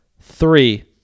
three